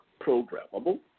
programmable